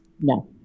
No